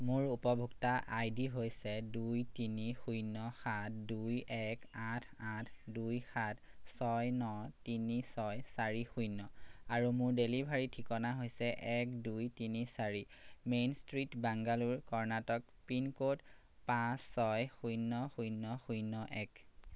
মোৰ উপভোক্তা I D হৈছে দুই তিনি শূন্য সাত দুই এক আঠ আঠ দুই সাত ছয় ন তিনি ছয় চাৰি শূন্য আৰু মোৰ ডেলিভাৰী ঠিকনা হৈছে এক দুই তিনি চাৰি main street Bangalore Karnataka pin code পাঁচ ছয় শূন্য শূন্য শূন্য এক